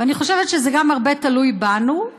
ואני חושבת שזה גם הרבה תלוי בנו.